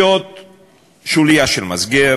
להיות שוליה של מסגר,